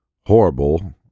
horrible